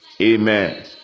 Amen